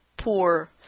poor